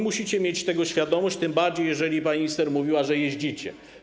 Musicie mieć tego świadomość, tym bardziej że pani minister mówiła, że tam jeździcie.